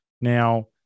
Now